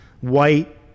white